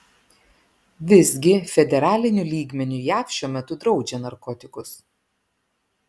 visgi federaliniu lygmeniu jav šiuo metu draudžia narkotikus